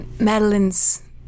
Madeline's